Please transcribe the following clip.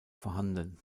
vorhanden